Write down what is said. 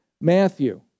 Matthew